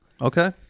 Okay